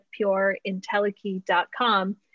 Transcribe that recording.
pureintellikey.com